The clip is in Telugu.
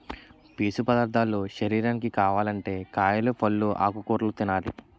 పీసు పదార్ధాలు శరీరానికి కావాలంటే కాయలు, పల్లు, ఆకుకూరలు తినాలి